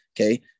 Okay